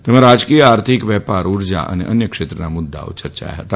તેમાં રાજકીય આર્થિક વેપાર ઉર્જા અને અન્ય ક્ષેત્રના મુદ્દાઓ ચર્ચાયા હતા